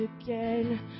again